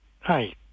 Hi